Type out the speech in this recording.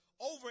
over